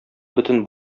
бөтен